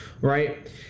right